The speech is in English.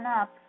up